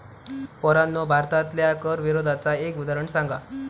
पोरांनो भारतातल्या कर विरोधाचा एक उदाहरण सांगा